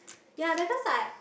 ya at first I